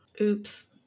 Oops